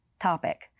topic